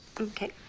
Okay